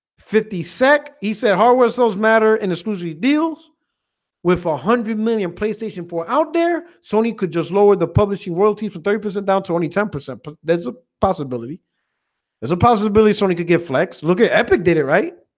fifty sec. he said hardware's those matter and exclusive deals with four ah hundred million playstation four out there sony could just lower the publishing royalties for thirty percent down twenty ten percent but there's a possibility there's a possibility something could get flex. look at epic did it, right?